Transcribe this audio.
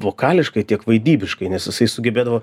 vokališkai tiek vaidybiškai nes jisai sugebėdavo